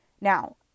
Now